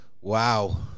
Wow